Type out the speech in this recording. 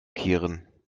kehren